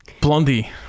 Blondie